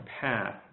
path